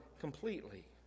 completely